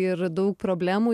ir daug problemų